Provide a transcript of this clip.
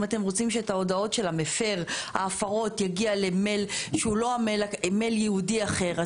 אם אתם רוצים שאת ההודעות על ההפרות יגיעו למייל ייעודי אחר,